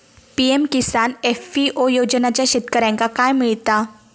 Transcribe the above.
PM Kisan FPO योजनाच्यात शेतकऱ्यांका काय मिळता?